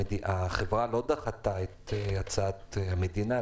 החברה לא דחתה את הצעת המדינה,